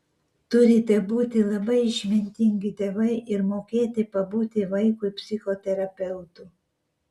turite būti labai išmintingi tėvai ir mokėti pabūti vaikui psichoterapeutu